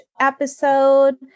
episode